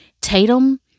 Tatum